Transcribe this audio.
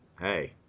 Hey